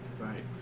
Right